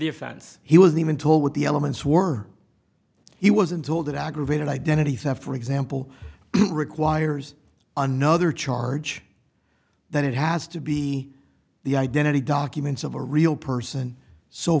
offense he was even told what the elements were he wasn't told that aggravated identity theft for example requires another charge than it has to be the identity documents of a real person so